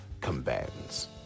combatants